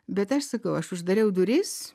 bet aš sakau aš uždariau duris